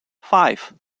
five